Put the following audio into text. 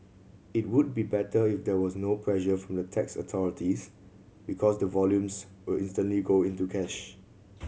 it would be better if there was no pressure from the tax authorities because the volumes will instantly go into cash